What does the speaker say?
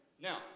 Now